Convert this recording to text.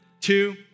two